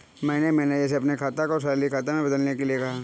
मैंने मैनेजर से अपने खाता को सैलरी खाता में बदलने के लिए कहा